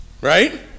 right